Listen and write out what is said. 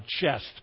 chest